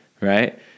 right